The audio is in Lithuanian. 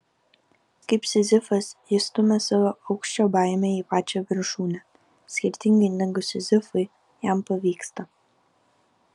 kaip sizifas jis stumia savo aukščio baimę į pačią viršūnę skirtingai negu sizifui jam pavyksta